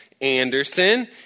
Anderson